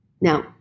Now